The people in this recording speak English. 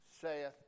saith